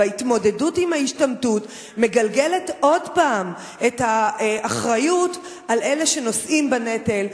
בהתמודדות עם ההשתמטות מגלגל עוד הפעם את האחריות על אלה שנושאים בנטל,